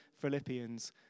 Philippians